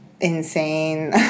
insane